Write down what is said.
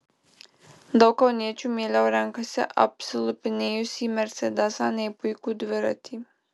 daug kauniečių mieliau renkasi apsilupinėjusį mersedesą nei puikų dviratį